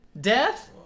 Death